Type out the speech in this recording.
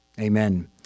Amen